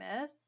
miss